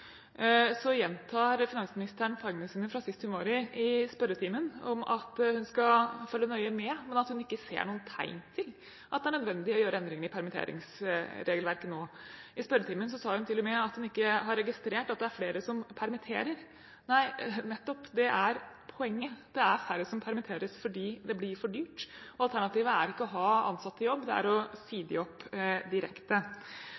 Så gjentar finansministeren poengene sine fra sist hun var i spørretimen, om at hun skal følge nøye med, men at hun ikke ser noen tegn til at det er nødvendig å gjøre endringer i permitteringsregelverket nå. I spørretimen sa hun til og med at hun ikke har registrert at det er flere som permitterer. Nei, det er nettopp poenget; det er færre som permitteres fordi det blir for dyrt. Alternativet er ikke å ha ansatte i jobb, det er å